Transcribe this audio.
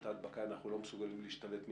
ההדבקה אנחנו לא מסוגלים להשתלט ממילא,